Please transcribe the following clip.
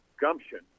gumption